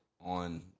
on